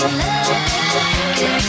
love